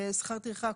שכר טרחה,